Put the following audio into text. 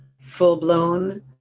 full-blown